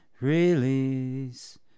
release